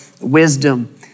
wisdom